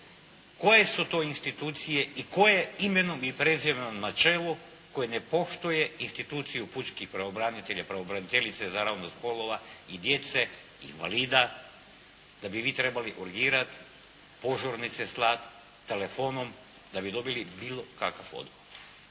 koje su to institucije i tko je imenom i prezimenom na čelu tko ne poštuje instituciju pučkih pravobranitelja, pravobraniteljice za ravnopravnost spolova i djece, invalida da bi vi trebali urgirati, požurnice slati, telefonom da bi dobili bilo kakav odgovor.